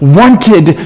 wanted